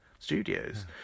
studios